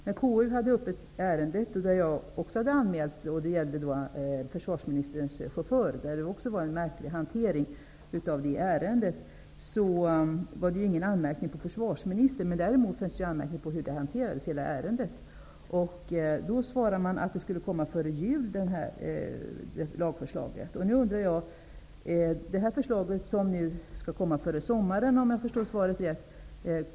När KU behandlade ett ärende, som jag också hade anmält, vilket gällde försvarsministerns chaufför, riktades ingen anmärkning mot försvarsministern utan mot hur hela ärendet hanterades. Man svarade då att ett lagförslag skulle komma före jul. Om jag förstår svaret rätt skall förslaget nu komma före sommaren.